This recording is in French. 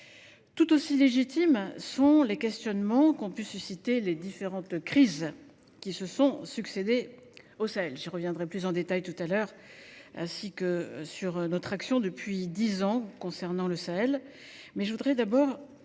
Tout aussi légitimes sont les questionnements qu’ont pu susciter les différentes crises qui se sont succédé au Sahel. Je reviendrai plus en détail tout à l’heure sur notre action depuis dix ans concernant cette